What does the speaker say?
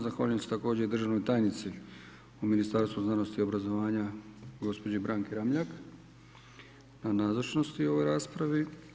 Zahvaljujem se također i državnoj tajnici u Ministarstvu znanosti i obrazovanja, gospođi Branki Ramljak na nazočnosti u ovoj raspravi.